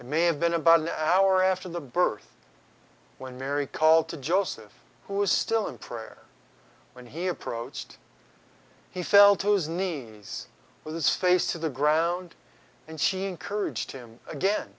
and may have been an hour after the birth when mary called to joseph who was still in prayer when he approached he fell to his knees with his face to the ground and she encouraged him again